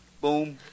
Boom